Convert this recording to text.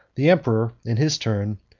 the emperor, in his turn,